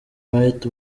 wright